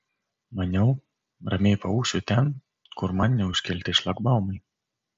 maniau ramiai paūšiu ten kur man neužkelti šlagbaumai